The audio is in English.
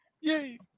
yay